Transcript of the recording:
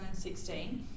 2016